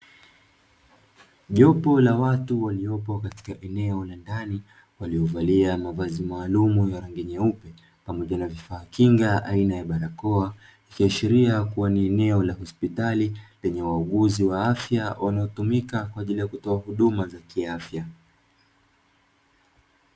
Jopo la watu waliopo katika eneo la ndani, waliovalia mavazi maaalumu ya rangi nyeupe, pamoja na vifaa kinga aina ya barakoa, ikiashiria kuwa ni eneo la hospitali, lenye wauguzi wa afya wanaotumika kwa ajili ya kutoa huduma za kiafya.